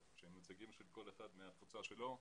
כל אחד נציג של התפוצה שלו,